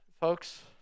Folks